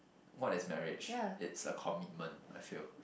what is marriage it's a commitment I feel